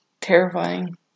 terrifying